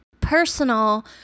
personal